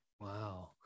Wow